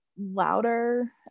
louder